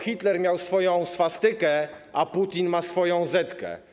Hitler miał swoją swastykę, a Putin ma swoją zetkę.